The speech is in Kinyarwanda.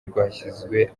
rwashyizwe